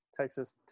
Texas